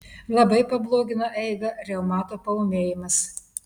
labai pablogina eigą reumato paūmėjimas